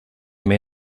may